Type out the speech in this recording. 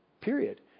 Period